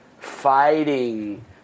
fighting